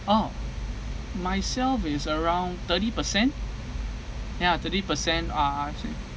oh myself is around thirty percent ya thirty percent are actually